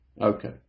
Okay